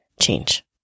change